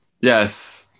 Yes